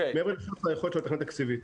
מעבר --- היכולת שלו מבחינה תקציבית.